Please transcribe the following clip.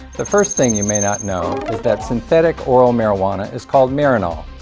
the first thing you may not know is that synthetic oral marijuana is called marinol.